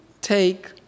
take